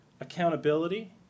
accountability